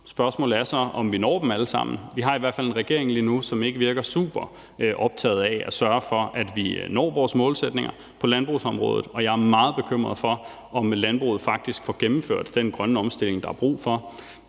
Spørgsmålet er så, om vi når dem alle sammen. Vi har i hvert fald en regering lige nu, som ikke virker super optaget af at sørge for, at vi når vores målsætninger på landbrugsområdet, og jeg er meget bekymret for, om landbruget faktisk får gennemført den grønne omstilling, der er brug for.